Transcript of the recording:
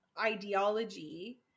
ideology